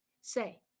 Say